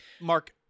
Mark